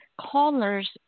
callers